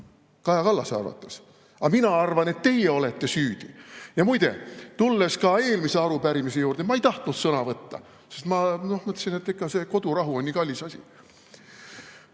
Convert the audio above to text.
Kaja Kallase arvates. Aga mina arvan, et teie olete süüdi. Muide, tulen eelmise arupärimise juurde. Ma ei tahtnud sõna võtta, sest ma mõtlesin, et see kodurahu on nii kallis asi.